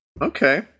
Okay